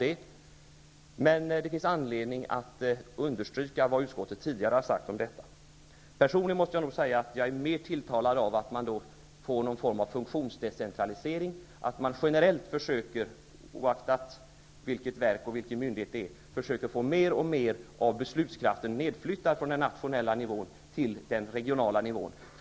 Det finns emellertid anledning att understryka vad utskottet tidigare har sagt om detta. Personligen är jag mer tilltalad av att få något slags funktionsdecentralisering, dvs. att generellt, oaktakt vilket verk och vilken myndighet det gäller, försöka få mer och mer av beslutskraften nedflyttad från den nationella nivån till den regionala nivån.